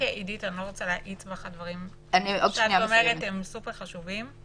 הדברים שאת אומרת הם סופר חשובים.